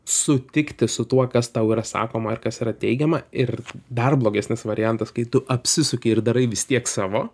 sutikti su tuo kas tau yra sakoma ir kas yra teigiama ir dar blogesnis variantas kai tu apsisuki ir darai vis tiek savo